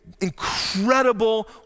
incredible